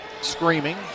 screaming